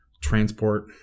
transport